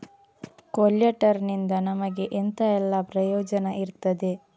ಕೊಲ್ಯಟರ್ ನಿಂದ ನಮಗೆ ಎಂತ ಎಲ್ಲಾ ಪ್ರಯೋಜನ ಇರ್ತದೆ?